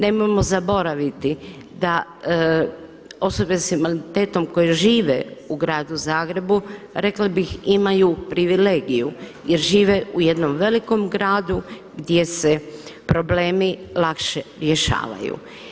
Nemojmo zaboraviti da osobe sa invaliditetom koje žive u Gradu Zagrebu, rekla bih imaju privilegiju jer žive u jednom velikom gradu gdje se problemi lakše rješavaju.